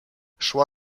szła